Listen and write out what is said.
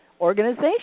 organization